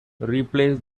replace